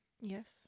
Yes